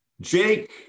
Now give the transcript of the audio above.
jake